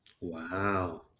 wow